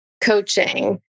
coaching